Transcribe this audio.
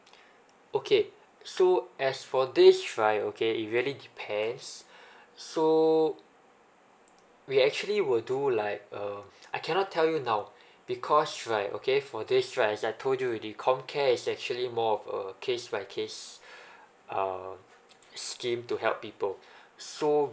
okay so as for this right okay it really depends so we actually will do like uh I cannot tell you now because right okay for this right as I told you already comcare is actually more of a case by case uh scheme to help people so